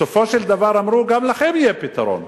בסופו של דבר אמרו: גם לכם יהיה פתרון.